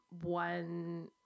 One